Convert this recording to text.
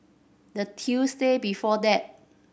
the Tuesday before that